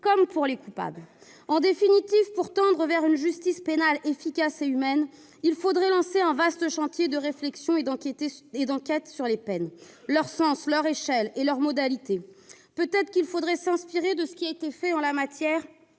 comme pour les coupables. En définitive, pour tendre vers une justice pénale efficace et humaine, il faudrait lancer un vaste chantier de réflexion et d'enquête sur les peines : leur sens, leur échelle et leurs modalités. Peut-être qu'il faudrait s'inspirer de ce qui a été fait en la matière